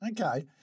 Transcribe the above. Okay